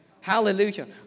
Hallelujah